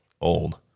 old